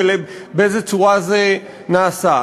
ובאיזו צורה זה נעשה?